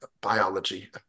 Biology